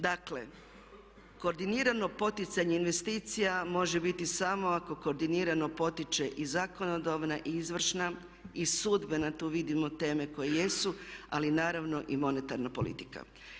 Dakle koordinirano poticanje investicija može biti samo ako koordinirano potiče i zakonodavna i izvršna i sudbena, tu vidimo teme koje jesu ali naravno i monetarna politika.